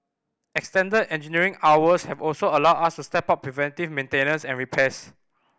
extended engineering hours have also allowed us to step up preventive maintenance and repairs